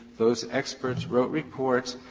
those experts wrote reports,